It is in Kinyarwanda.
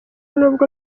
nubwo